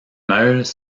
meules